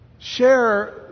Share